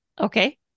Okay